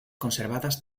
conservadas